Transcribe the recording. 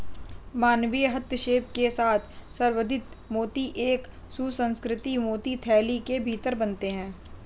मानवीय हस्तक्षेप के साथ संवर्धित मोती एक सुसंस्कृत मोती थैली के भीतर बनते हैं